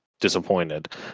disappointed